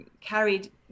carried